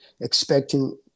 expecting